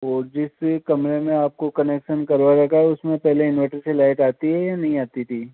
और जिस कमरे में आपको कनेक्शन करवाने का है उसमें पहले उसमें इन्वर्टर से लाइट आती है या नहीं आती थी